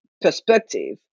perspective